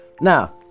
Now